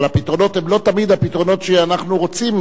אבל הפתרונות הם לא תמיד הפתרונות שאנחנו רוצים.